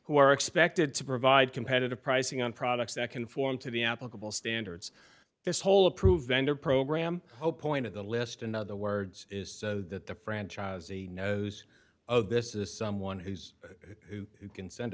who are expected to provide competitive pricing on products that conform to the applicable standards this whole approved vendor program oh point of the list in other words is that the franchisee knows of this is someone who's who can send